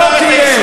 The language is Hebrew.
לא תהיה.